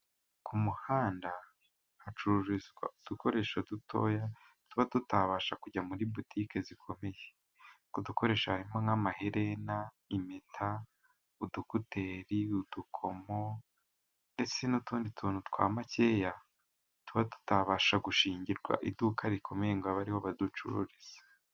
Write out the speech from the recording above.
Ku muhanda hacururizwa udukoresho dutoya, tuba tutabasha kujya muri butike zikomeye, utwo dukoresho harimo nk'amaherena, impeta, udukuteri, udukomo ndetse n'utundi tuntu twa makeya tuba tutabasha, gushingirwa iduka rikomeye ngo abe ariho baducuruza.